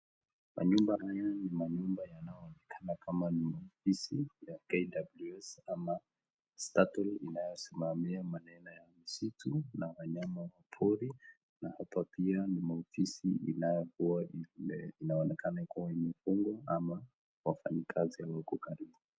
Manyumba haya ni manyumba yanaonekana kama ofisi ya KWS ama Statle inayo simamia eneo la msitu na wanyama wa pori na hapa pia ni maofisi inayokuwa onekana kuwa imefungwa ama wafanyakazi hawako karibu.